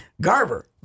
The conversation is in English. Garver